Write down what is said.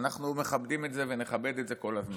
ואנחנו מכבדים את זה ונכבד את זה כל הזמן.